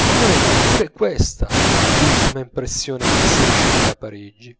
ma non è neppur questa l'ultima impressione che si riceve da parigi